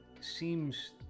seems